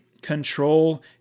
control